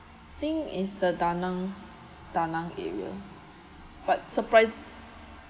I think is the da nang da nang area but surprise